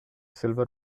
silver